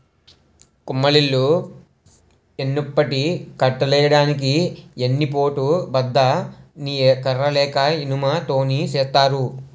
కమ్మలిల్లు యెన్నుపట్టి కట్టులెయ్యడానికి ఎన్ని పోటు బద్ద ని కర్ర లేక ఇనుము తోని సేత్తారు